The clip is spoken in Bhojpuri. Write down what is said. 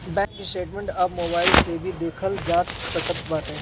बैंक स्टेटमेंट अब मोबाइल से भी देखल जा सकत बाटे